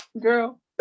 Girl